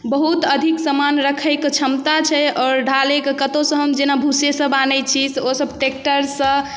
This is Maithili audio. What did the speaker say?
बहुत अधिक समान रखैके क्षमता छै आओर ढालैके कतहुसँ हम जेना भूसेसब आनै छी ओसब ट्रैक्टरसँ